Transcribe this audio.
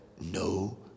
no